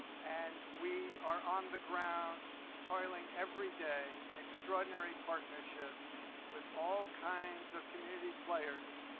and we are on the ground, toiling every day in extraordinary partnerships with all kinds of community players